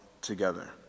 together